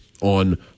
on